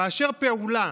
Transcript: כאשר פעולה